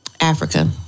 Africa